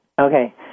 Okay